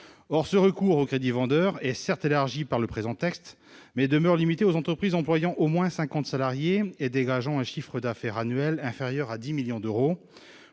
Or ce recours au crédit vendeur est, certes, élargi par le présent texte, mais demeure limité aux entreprises employant moins de cinquante salariés et dégageant un chiffre d'affaires annuel inférieur à 10 millions d'euros.